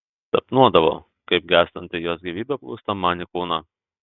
sapnuodavau kaip gęstanti jos gyvybė plūsta man į kūną